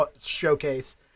showcase